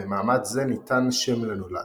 ובמעמד זה ניתן שם לנולד.